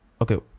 Okay